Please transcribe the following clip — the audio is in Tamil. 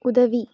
உதவி